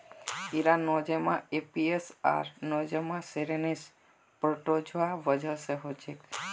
इरा Nosema apis आर Nosema ceranae protozoa वजह से होछे